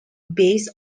based